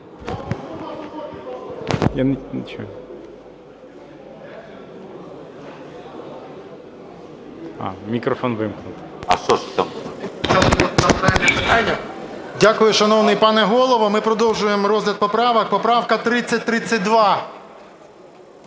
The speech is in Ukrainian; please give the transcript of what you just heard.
Дякую, шановний пане Голово. Ми продовжуємо розгляд поправок. Поправка 3032.